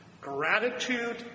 Gratitude